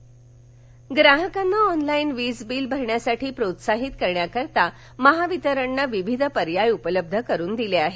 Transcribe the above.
online वीजबील सोलापूर ग्राहकांना online वीजबील भरण्यास प्रोत्साहीत करण्याकरिता महावितरणनं विविध पर्याय उपलब्ध करून दिले आहेत